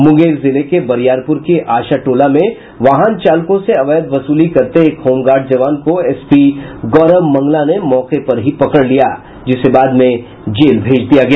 मुंगेर जिले बरियारपुर के आशा टोला में वाहन चालकों से अवैध वसूली करते एक होमगार्ड जवान को एसपी गौरव मंगला ने मौके पर ही पकड़ लिया जिसे बाद में जेल भेज दिया गया